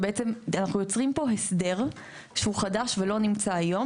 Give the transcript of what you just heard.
אנחנו יוצרים פה הסדר שהוא חדש ולא נמצא היום,